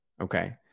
Okay